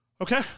Okay